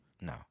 No